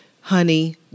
Honey